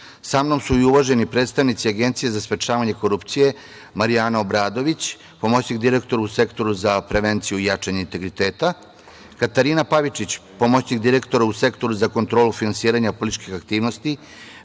Sa mnom su i uvaženi predstavnici Agencije za sprečavanje korupcije: Marijana Obradović, pomoćnik direktora u Sektoru za prevenciju i jačanje integriteta, Katarina Pavičić, pomoćnik direktora u Sektoru za kontrolu finansiranja političkih aktivnosti,